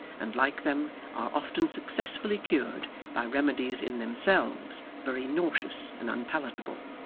and like them, are often successfully cured by remedies in themselves very nauseous and unpalatable.